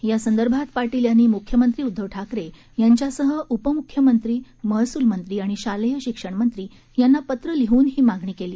यासंदर्भात पाटील यांनी मुख्यमंत्री उद्दव ठाकरे यांच्यासह उपमुख्यमंत्री महसूल मंत्री आणि शालेय शिक्षणमंत्री यांना पत्र लिहून ही मागणी केली